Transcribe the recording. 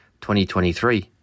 2023